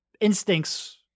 instincts